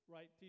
Right